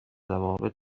ضوابط